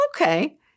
Okay